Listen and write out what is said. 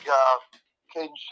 Caden